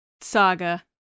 Saga